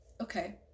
okay